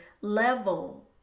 level